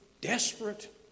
desperate